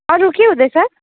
अरू के हुँदैछ